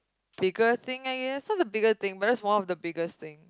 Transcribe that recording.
bigger thing I guess one of the bigger thing perhaps one of the biggest thing